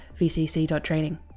vcc.training